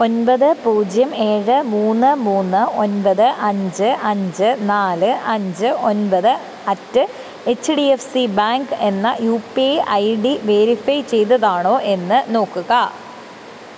ഒമ്പത് പൂജ്യം ഏഴ് മൂന്ന് മൂന്ന് ഒമ്പത് അഞ്ച് അഞ്ച് നാല് അഞ്ച് ഒമ്പത് at H D F C bank എന്ന U P I I D verify ചെയ്തതാണോ എന്ന് നോക്കുക